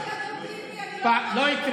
אל תאתגר אותי, אדון טיבי, אני לא, לא יקרה.